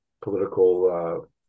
political